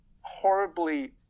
horribly